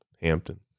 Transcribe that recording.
Hampton